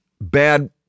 bad